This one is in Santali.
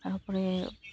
ᱛᱟᱨᱯᱚᱨᱮ